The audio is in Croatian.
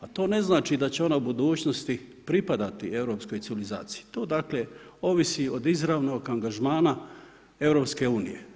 A to ne znači da će ona u budućnosti pripadati europskoj civilizaciji, to dakle ovisi od izravnog angažmana EU.